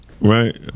Right